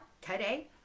today